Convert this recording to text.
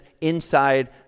inside